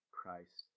Christ